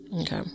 Okay